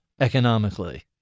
economically